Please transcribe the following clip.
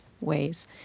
ways